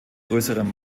größerem